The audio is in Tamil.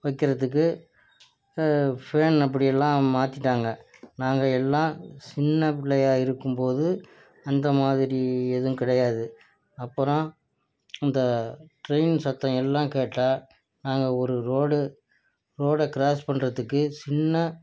வைக்கிறதுக்கு ஃபேன் அப்படிலாம் மாற்றிட்டாங்க நாங்கள் எல்லாம் சின்ன புள்ளையாக இருக்கும்போது அந்த மாதிரி எதுவும் கிடையாது அப்புறம் இந்த ட்ரெயின் சத்தம் எல்லாம் கேட்டால் நாங்கள் ஒரு ரோடு ரோடை க்ராஸ் பண்ணுறத்துக்கு சின்ன